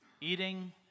eating